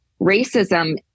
racism